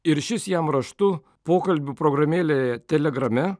ir šis jam raštu pokalbių programėlėje telegrame